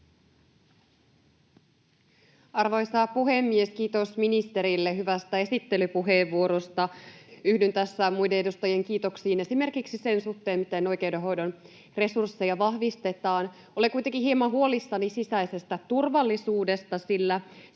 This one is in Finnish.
Arvoisa puhemies! Kiitos ministerille hyvästä esittelypuheenvuorosta. Yhdyn tässä muiden edustajien kiitoksiin esimerkiksi sen suhteen, miten oikeudenhoidon resursseja vahvistetaan. Olen kuitenkin hieman huolissani sisäisestä turvallisuudesta,